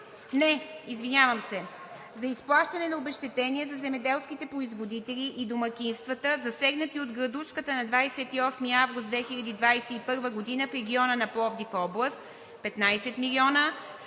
12, стр. 35 – за изплащане на обезщетение за земеделските производители и домакинствата засегнати от градушката на 28 август 2021 г. в региона на Пловдив област – 15 милиона.